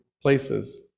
places